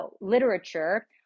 literature